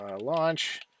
launch